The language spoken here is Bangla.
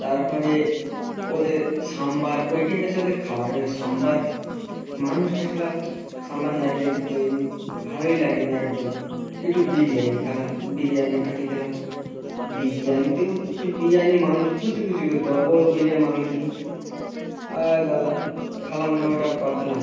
তারপরে ওদের সাম্বার ওইটাই হছে ওদের খাবার ওই সাম্বার মানুষ খায় শালা সাম্বার নারকেল দিয়ে তৈরি ভালোই লাগে নি একদম একটু বিরিয়ানি খেলাম বিরিয়ানি খেতে গেলাম বিরিয়ানিতেও সে বিরিয়ানি মাংস কুচি কুচি করে দেওয়া বলো বিরিয়ানি মাংস নেই শালা খেলাম না ওটা বাদ দিলাম